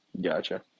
Gotcha